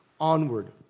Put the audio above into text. onward